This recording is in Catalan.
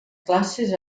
classes